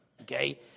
Okay